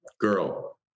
Girl